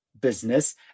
business